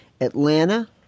Atlanta